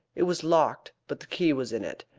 it was locked, but the key was in it.